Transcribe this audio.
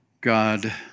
God